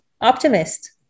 optimist